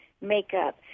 makeup